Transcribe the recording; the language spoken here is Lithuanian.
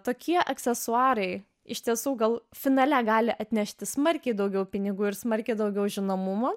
tokie aksesuarai iš tiesų gal finale gali atnešti smarkiai daugiau pinigų ir smarkiai daugiau žinomumo